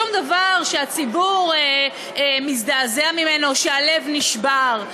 שום דבר שהציבור מזדעזע ממנו או שהלב נשבר,